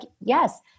Yes